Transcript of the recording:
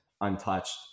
untouched